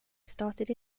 started